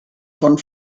von